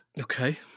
Okay